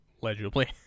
legibly